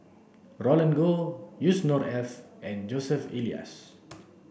Roland Goh Yusnor Ef and Joseph Elias